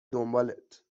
دنبالت